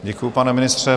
Děkuji, pane ministře.